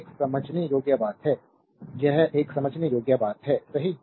तो यह एक समझने योग्य बात है यह एक समझने योग्य बात है सही